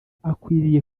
akwiriye